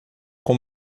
com